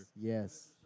Yes